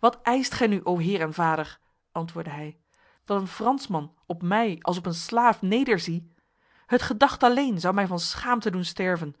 wat eist gij nu o heer en vader antwoordde hij dat een fransman op mij als op een slaaf nederzie het gedacht alleen zou mij van schaamte doen sterven